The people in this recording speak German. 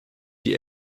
die